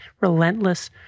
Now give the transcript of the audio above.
relentless